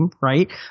right